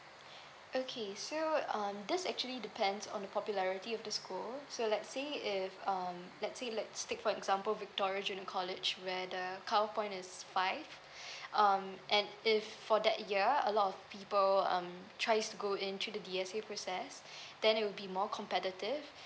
okay so um this actually depends on the popularity of the school so let's say if um let's say let's take for example victoria junior college where the cutoff point is five um and if for that year a lot of people um tries to go in through the D_S_A process then it will be more competitive